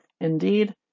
Indeed